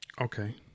Okay